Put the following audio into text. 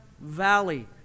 valley